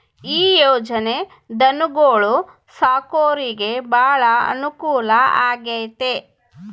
ಈ ಯೊಜನೆ ಧನುಗೊಳು ಸಾಕೊರಿಗೆ ಬಾಳ ಅನುಕೂಲ ಆಗ್ಯತೆ